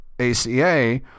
ACA